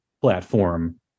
platform